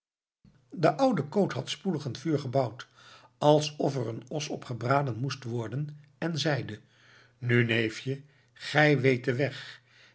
de oude koot had spoedig een vuur gebouwd alsof er een os op gebraden moest worden en zeide nu neefje gij weet den weg